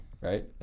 right